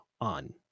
on